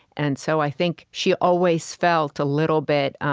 and so i think she always felt a little bit